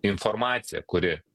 informaciją kuri